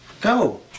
Go